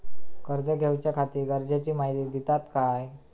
कर्ज घेऊच्याखाती गरजेची माहिती दितात काय?